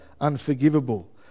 unforgivable